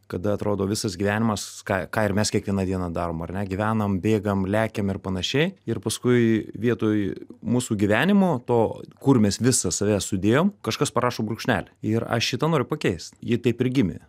kada atrodo visas gyvenimas ką ką ir mes kiekvieną dieną darom ar ne gyvenam bėgam lekiam ir panašiai ir paskui vietoj mūsų gyvenimo to kur mes visą save sudėjom kažkas parašo brūkšnelį ir aš šitą noriu pakeist ji taip ir gimė